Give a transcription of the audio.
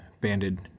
banded